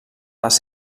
les